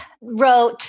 wrote